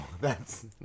that's-